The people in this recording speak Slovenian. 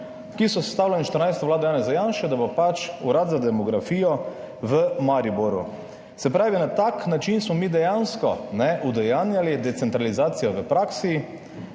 ki so sestavljale 14. vlado Janeza Janše, da bo pač Urad za demografijo v Mariboru. Se pravi, na tak način smo mi dejansko udejanjali decentralizacijo v praksi.